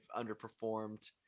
underperformed